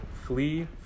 flee